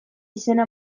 izena